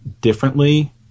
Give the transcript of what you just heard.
differently